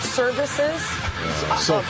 services